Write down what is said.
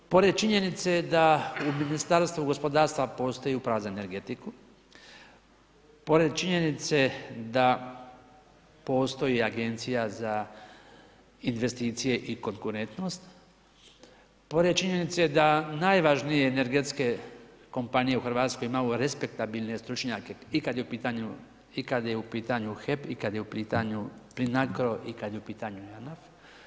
Pored činjenice da u Ministarstvu gospodarstva postoji uprava za energetiku, pored činjenice, da postoji agencija za investicije i konkurentnost, pored činjenice da najvažnije energetske kompanije u Hrvatskoj ima respektabilne stručnjake i kada je u pitanju HEP i kada je u pitanju PLINACRO i kad je u pitanju JANAF.